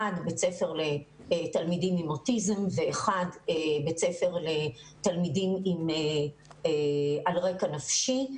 אחד בית ספר לתלמידים עם אוטיזם ואחד בית ספר לתלמידים על רקע נפשי.